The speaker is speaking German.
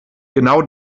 genau